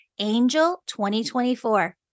ANGEL2024